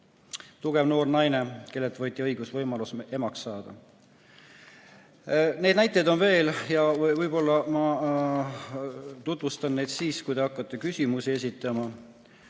Tugev noor naine, kellelt võeti õigus ja võimalus emaks saada. Näiteid on veel ja võib-olla ma tutvustan neid siis, kui te hakkate küsimusi esitama.